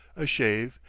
a shave,